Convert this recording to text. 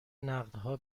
نقدها